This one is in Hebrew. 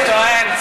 הוא טוען,